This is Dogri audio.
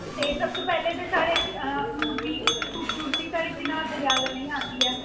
तुस ते बड़े बधिया जगह् आए ओ मैड़म साढ़ा चिनाव दरिया दे कंढे शैह्र ऐ इन्ना सोना छोटा जेहा